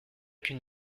qu’une